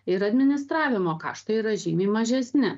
ir administravimo kaštai yra žymiai mažesni